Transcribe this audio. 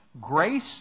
Grace